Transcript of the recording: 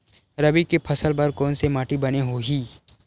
रबी के फसल बर कोन से माटी बने होही?